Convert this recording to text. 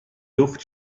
luft